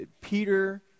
Peter